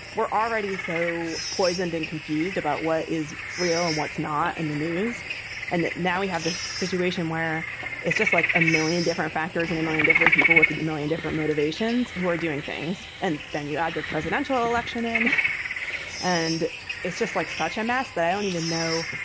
we're already so poisoned and confused about what is real and what's not in the news and now we have this situation where it's just like a million different factors in a million different people with a million different motivations who are doing things. and then you add the presidential election in and it's just like such a mass that i don't even know.